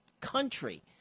country